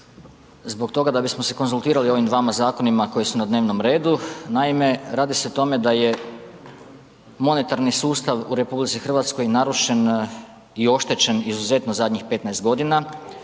zbog toga da bismo se konzultirali o ovim dvama zakonima koji su na dnevnom redu. Naime radi se o tome da je monetarni sustav u RH narušen i oštećen izuzetno zadnjih 15 g.,